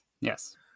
Yes